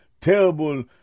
terrible